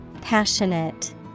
passionate